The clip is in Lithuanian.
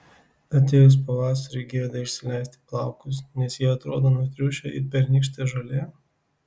atėjus pavasariui gėda išsileisti plaukus nes jie atrodo nutriušę it pernykštė žolė